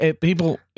People